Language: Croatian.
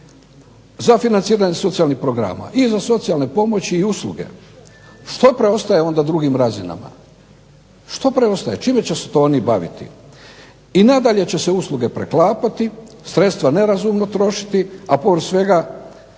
za financiranje socijalnih programa, i za socijalne pomoći i usluge. Što preostaje onda drugim razinama? Što preostaje? Čime će se to oni baviti? I nadalje će se usluge preklapati, sredstva nerazumno trošiti, a povrh svega